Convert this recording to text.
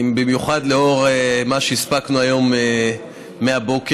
במיוחד לאור מה שהספקנו היום מהבוקר,